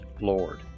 Lord